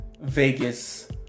Vegas